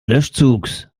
löschzugs